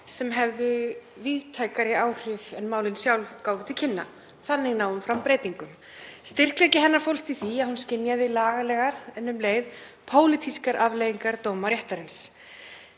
sem höfðu víðtækari áhrif en málin sjálf gáfu til kynna. Þannig náði hún fram breytingum. Styrkleiki hennar fólst í því að hún skynjaði lagalegar en um leið pólitískar afleiðingar dóma réttarins.